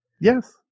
Yes